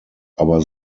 aber